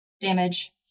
damage